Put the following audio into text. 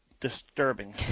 disturbing